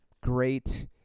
great